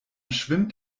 schwimmt